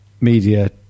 media